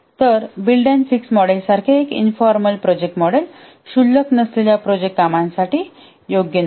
तर बिल्ड आणि फिक्स मॉडेलसारखे एक इन्फॉर्मल प्रोजेक्ट मॉडेल क्षुल्लक नसलेल्या प्रोजेक्ट कामांसाठी योग्य नाही